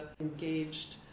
engaged